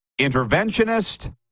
interventionist